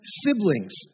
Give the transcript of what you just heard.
siblings